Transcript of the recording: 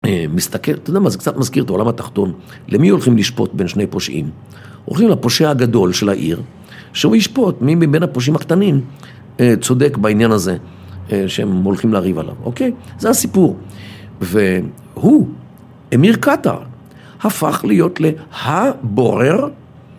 מסתכל, אתה יודע מה, זה קצת מזכיר את עולם התחתון. למי הולכים לשפוט בין שני פושעים? הולכים לפושע הגדול של העיר, שהוא ישפוט מי מבין הפושעים הקטנים צודק בעניין הזה שהם הולכים לריב עליו, אוקיי? זה הסיפור. והוא, אמיר קטאר, הפך להיות להבורר..